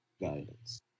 guidance